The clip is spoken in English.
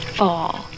fall